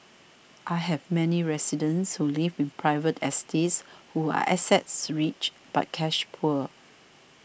I have many residents who live in private estates who are assets rich but cash poor